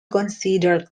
considered